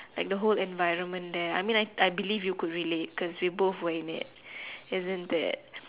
like the whole environment there I mean I believe you can relate because we were both in there